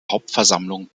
hauptversammlung